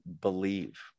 believe